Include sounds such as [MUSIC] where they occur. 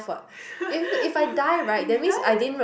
[LAUGHS] if you die then